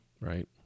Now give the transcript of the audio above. right